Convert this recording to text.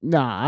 Nah